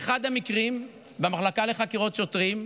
באחד המקרים במחלקה לחקירות שוטרים,